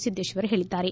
ಸಿದ್ದೇಶ್ವರ್ ಹೇಳಿದ್ದಾರೆ